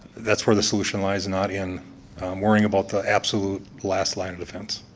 that's where the solution lies, not in worrying about the absolute last line of defense.